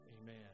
Amen